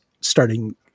starting